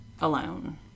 alone